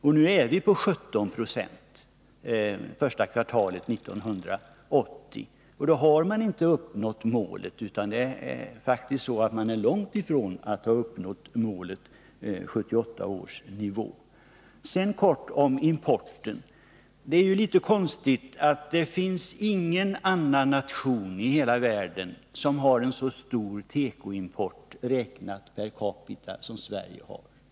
Första kvartalet 1980 var den 17 96. Alltså har man inte uppnått målet. Det är faktiskt så att vi är långt ifrån att ha uppnått 1978 års nivå. Sedan några ord i all korthet om importen. Det finns ingen annan nation i hela världen som har en så stor tekoimport per capita som Sverige.